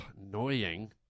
Annoying